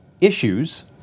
issues